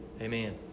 Amen